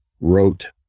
wrote